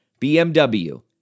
BMW